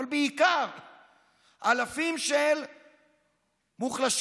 אבל בעיקר אלפים של מוחלשים,